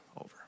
over